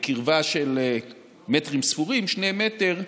בקרבה של מטרים ספורים, שני מטר,